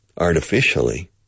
artificially